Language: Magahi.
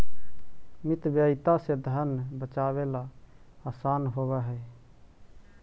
मितव्ययिता से धन बचावेला असान होवऽ हई